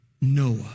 Noah